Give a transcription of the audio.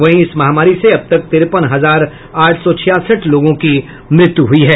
वहीं इस महामारी से अब तक तिरेपन हजार आठ सौ छियासठ लोगों की मृत्यु हो चुकी है